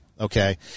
Okay